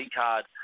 card